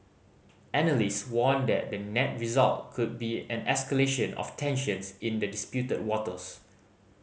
analyst warn that the net result could be an escalation of tensions in the disputed waters